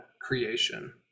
creation